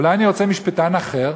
אולי אני רוצה משפטן אחר?